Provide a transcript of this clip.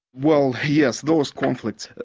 well yes, those conflicts.